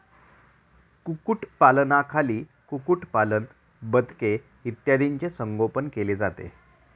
कुक्कुटपालनाखाली कुक्कुटपालन, बदके इत्यादींचे संगोपन केले जाते